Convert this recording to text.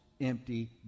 empty